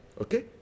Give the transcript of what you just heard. okay